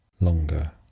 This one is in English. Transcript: Longer